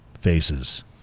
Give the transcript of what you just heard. faces